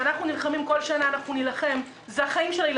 צריך סך הכל הוראה של המדינה שהוא יכול